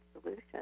solution